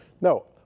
No